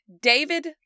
david